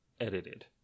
edited